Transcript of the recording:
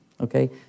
Okay